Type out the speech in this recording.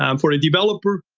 um for a developer,